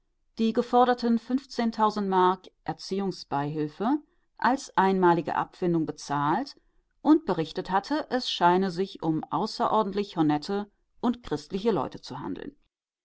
die geforderten fünfzehntausend mark erziehungsbeihilfe als einmalige abfindung bezahlt und berichtet hatte es scheine sich um außerordentlich honette und christliche leute zu handeln